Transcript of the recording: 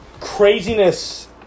craziness